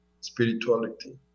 spirituality